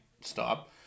stop